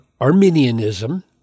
Arminianism